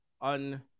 un